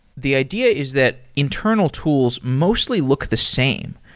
the idea is that internal tools mostly look the same.